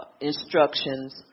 instructions